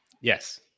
Yes